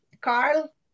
Carl